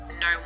no